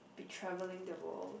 be travelling the world